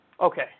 Okay